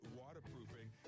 waterproofing